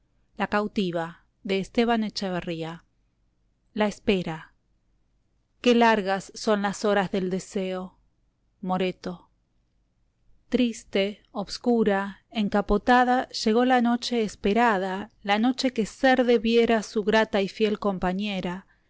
sexta parte la espera qué largas son las horas del deseo moreto triste oscura encapotada llegó la noche esperada la noche que ser debiera su grata y fiel compañera